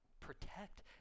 protect